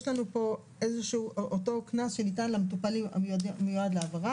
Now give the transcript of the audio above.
יש לנו אותו קנס שניתן למטופל המיועד להעברה,